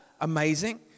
amazing